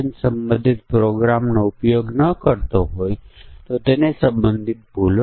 જો થાપણ 1 વર્ષથી 3 વર્ષ સુધીની હોય અને થાપણ 1 લાખ કરતા ઓછી હોય તો તે 7 ટકા ઉત્પન્ન કરશે